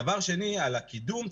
לגבי הקידום.